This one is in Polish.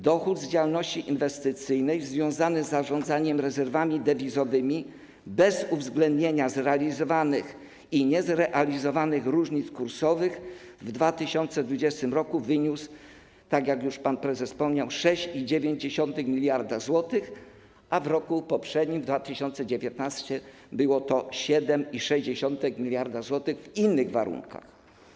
Dochód z działalności inwestycyjnej związany z zarządzaniem rezerwami dewizowymi bez uwzględnienia zrealizowanych i niezrealizowanych różnic kursowych w 2020 r. wyniósł, tak jak już pan prezes wspominał, 6,9 mld zł, a w roku poprzednim, w 2019, było to 7,6 mld zł w innych warunkach.